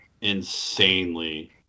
insanely